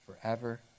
forever